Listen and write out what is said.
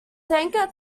anchor